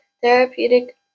therapeutic